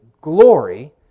glory